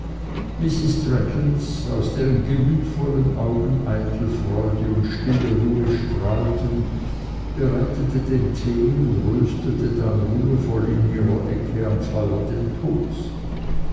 traddles aus deren gemütvollen augen eitel freude und stille ruhe strahlten bereitete den tee und röstete dann ruhevoll in ihrer ecke am feuer den toast